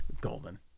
golden